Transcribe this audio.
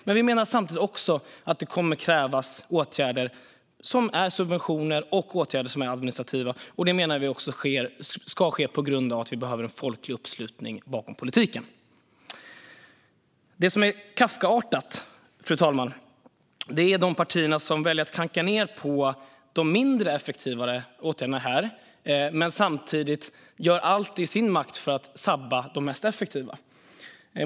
Men vi menar att det också kommer att krävas subventioner och administrativa åtgärder eftersom det behövs en folklig uppslutning bakom politiken. Fru talman! Det Kafkaartade är de partier som väljer att klanka ned på de mindre effektiva åtgärderna och samtidigt gör allt i sin makt för att sabba de mest effektiva.